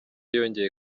yongeye